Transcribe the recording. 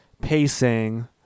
pacing